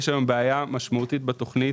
יש היום בעיה משמעותית בתוכנית